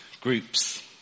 groups